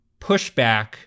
pushback